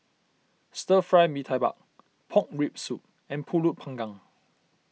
Stir Fry Mee Tai Mak Pork Rib Soup and Pulut Panggang